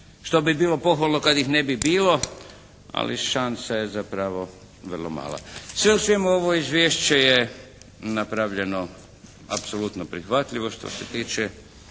što bi bilo pohvalno kad ih ne bi bilo, ali šansa je zapravo vrlo mala. Sve u svemu ovo izvješće je napravljeno apsolutno prihvatljivo što se tiče